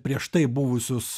prieš tai buvusius